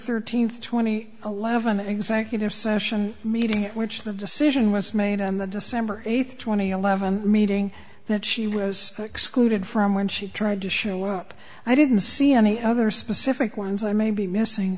thirteenth twenty eleven executive session meeting at which the decision was made on the december eighth two thousand and eleven meeting that she was excluded from when she tried to show up i didn't see any other specific ones i may be missing